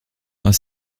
was